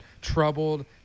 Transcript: troubled